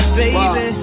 baby